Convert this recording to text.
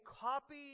copy